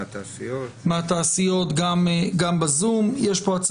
התקנות המתבקשות הן תיקון